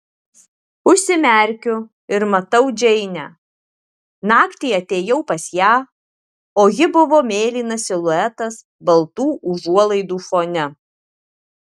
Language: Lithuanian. užsimerkiu ir matau džeinę naktį atėjau pas ją o ji buvo mėlynas siluetas baltų užuolaidų fone